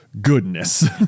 goodness